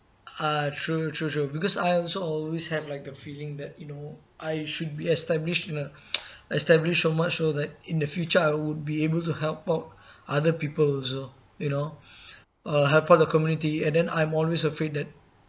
ah true true true because I also always have like the feeling that you know I should be established in the established so much so that in the future I would be able to help out other people also you know or help out the community and then I'm always afraid that